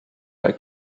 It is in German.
bei